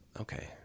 Okay